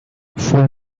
fue